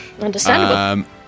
Understandable